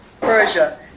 Persia